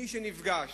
מי שנפגש